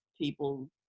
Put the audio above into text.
people